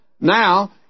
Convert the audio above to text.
Now